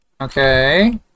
Okay